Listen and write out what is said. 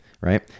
Right